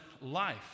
life